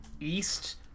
East